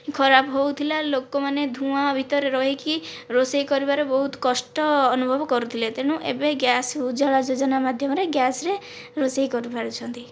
ଖରାପ ହେଉଥିଲା ଲୋକମାନେ ଧୂଆଁ ଭିତରେ ରହିକି ରୋଷେଇ କରିବାରେ ବହୁତ କଷ୍ଟ ଅନୁଭବ କରୁଥିଲେ ତେଣୁ ଏବେ ଗ୍ୟାସ୍ ଉଜ୍ଜ୍ଵଳା ଯୋଜନା ମାଧ୍ୟମରେ ଗ୍ୟାସ୍ରେ ରୋଷେଇ କରିପାରୁଛନ୍ତି